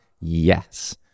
Yes